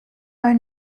are